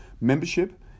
membership